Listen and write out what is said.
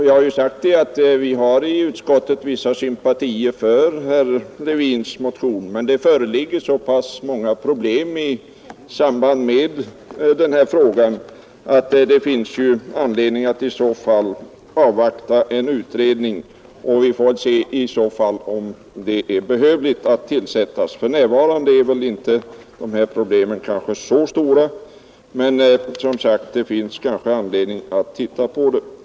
Jag har också sagt att vi i utskottet har vissa sympatier för herr Levins motion, men det föreligger så pass många problem i samband med frågan att det finns anledning att i så fall avvakta en utredning. Vi får se om det blir behövligt att tillsätta en utredning. För närvarande är väl problemen inte så stora, men det finns kanske anledning att se litet närmare på frågan.